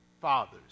fathers